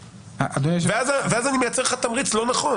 הכסף, ואז אני מייצר לך תמריץ לא נכון.